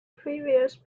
previous